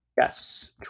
Yes